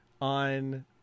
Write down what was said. on